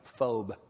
phobe